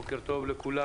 בוקר טוב לכולם.